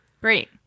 Great